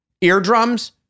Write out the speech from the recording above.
Eardrums